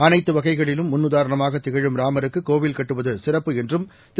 அனைத்துவகைகளிலும்முன்னுதாரணமாகதிகழும்ராமருக் குகோவில்கட்டுவதுசிறப்புஎன்றும்திரு